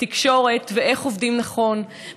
ותקשורת ואיך עובדים נכון.